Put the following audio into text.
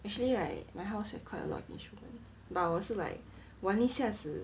actually right my house have quite a lot of instrument but 我是 like 玩一下子